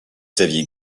xavier